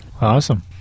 Awesome